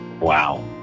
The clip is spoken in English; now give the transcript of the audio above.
Wow